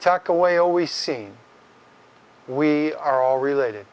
tucked away always seen we are all related